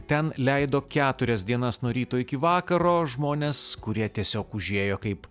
ten leido keturias dienas nuo ryto iki vakaro žmones kurie tiesiog užėjo kaip